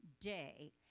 day